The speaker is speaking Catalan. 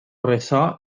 ressò